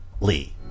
Lee